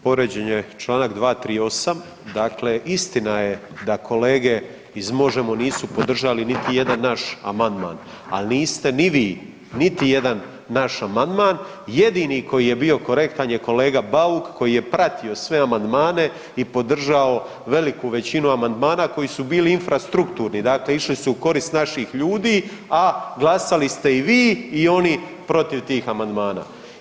Povrijeđen je čl. 238., dakle, istina je da kolege iz Možemo! nisu podržali niti jedan naš amandman ali niste ni vi niti jedan naš amandman, jedini koji je bio korektan je kolega Bauk koji je pratio sve amandmane i podržao veliku većinu amandmana koji su bili infrastrukturni, dakle išli su u korist naših ljudi a glasali ste i vi i oni protiv tih amandmana.